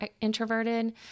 introverted